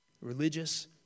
religious